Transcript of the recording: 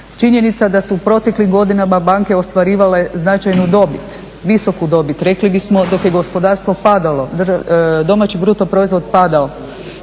Činjenica da su proteklih godina banke ostvarivale značajnu dobit, visoku dobiti rekli bismo dok je gospodarstvo padalo, BDP padao.